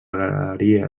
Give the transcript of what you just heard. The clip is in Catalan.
galeria